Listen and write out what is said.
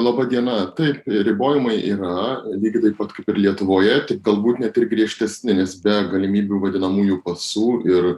laba diena taip ribojimai yra lygiai taip pat kaip ir lietuvoje tik galbūt net ir griežtesni nes be galimybių vadinamųjų pasų ir